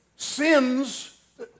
Sins